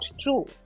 true